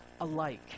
alike—